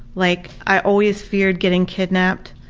like i always feared getting kidnapped.